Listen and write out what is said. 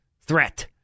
threat